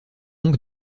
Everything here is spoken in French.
ainsi